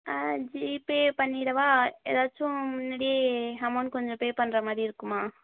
ஆ GPay பண்ணிவிடவா ஏதாச்சும் முன்னாடியே அமௌண்ட் கொஞ்சம் பே பண்ணுற மாதிரி இருக்குமா